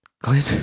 Glenn